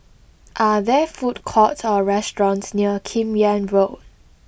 are there food courts or restaurants near Kim Yam Road